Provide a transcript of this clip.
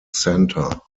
center